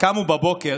קמו בבוקר